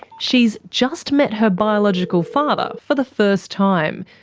she's just met her biological father for the first time,